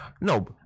No